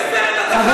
באיזה סרט אתה חי?